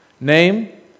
Name